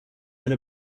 been